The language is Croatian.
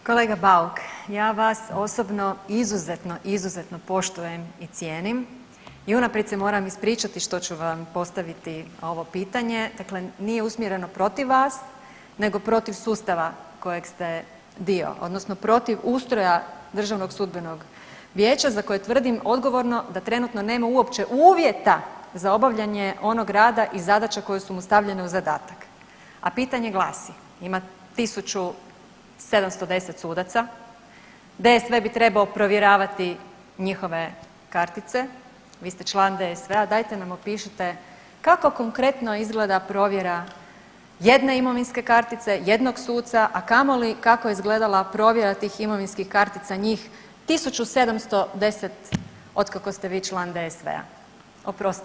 A joj, kolega Bauk, ja vas osobno izuzetno, izuzetno poštujem i cijenim i unaprijed se moram ispričati što ću vam postaviti ovo pitanje, dakle nije usmjereno protiv vas nego protiv sustava kojeg ste dio odnosno protiv ustroja DSV-a za koje tvrdim odgovorno da trenutno nema uopće uvjeta za obavljanje onog rada i zadaća koje su mu stavljene u zadatak, a pitanje glasi, ima 1710 sudaca, DSV bi trebao provjeravati njihove kartice, vi ste član DSV-a, dajte nam opišite kako konkretno izgleda provjera jedne imovinske kartice, jednog suca, a kamoli kako je izgledala provjera tih imovinskih kartica njih 1710 otkako ste vi član DSV-a, oprosti Arsene.